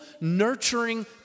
nurturing